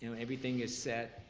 you know everything is set,